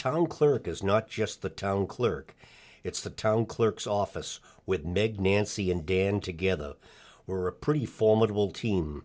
town clerk is not just the town clerk it's the town clerk's office with meg nancy and dan together were a pretty formidable team